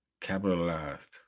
capitalized